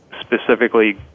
specifically